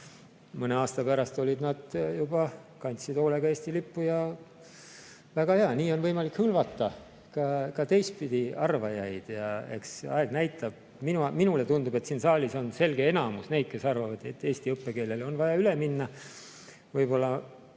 Mõne aasta pärast olid nad juba [muutunud], kandsid hoolega Eesti lippu. Väga hea, nii on võimalik hõlvata ka teistpidi arvajaid ja eks aeg näitab. Minule tundub, et siin saalis on selge enamus neid, kes arvavad, et eesti õppekeelele on vaja üle minna. Võib-olla